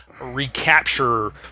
recapture